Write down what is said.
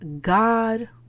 God